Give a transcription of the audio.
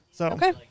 Okay